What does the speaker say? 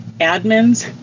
admins